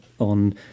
on